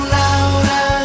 louder